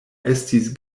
estis